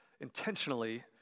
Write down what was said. intentionally